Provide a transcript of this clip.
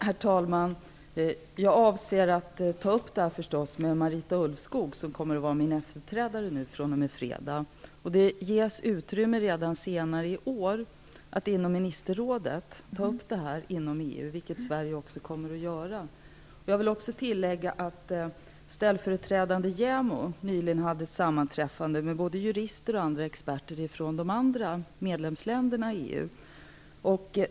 Herr talman! Jag avser förstås att ta upp frågan med Marita Ulvskog, som efterträder mig på fredag. Det ges utrymme redan senare i år att inom ministerrådet ta upp frågan i EU, vilket Sverige också kommer att göra. Jag vill också tillägga att ställföreträdande JämO nyligen hade ett sammanträffande med både jurister och andra experter ifrån de andra medlemsländerna i EU.